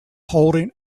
holding